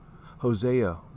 Hosea